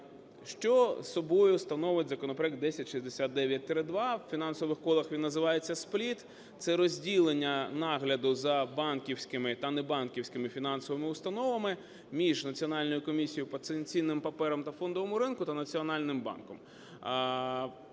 Що собою становить законопроект 1069-2? У фінансових колах він називається СПЛІТ, це розділення нагляду за банківськими та не банківськими фінансовими установами, між Національною комісією по цінним паперам по фондовому ринку та Національним банком.